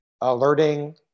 alerting